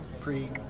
pre